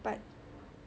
but